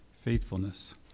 faithfulness